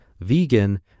vegan